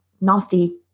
nasty